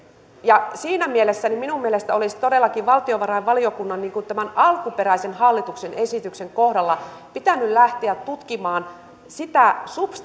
siinä mielessä minun mielestäni olisi todellakin valtiovarainvaliokunnan tämän alkuperäisen hallituksen esityksen kohdalla pitänyt lähteä tutkimaan sitä subs